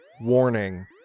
Warning